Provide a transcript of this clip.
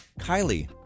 Kylie